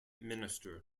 minister